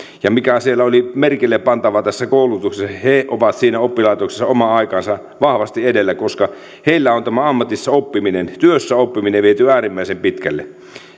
ja mikä oli merkille pantavaa tässä koulutuksessa oli se että he ovat siinä oppilaitoksessa omaa aikaansa vahvasti edellä koska heillä on ammatissa oppiminen työssäoppiminen viety äärimmäisen pitkälle